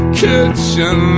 kitchen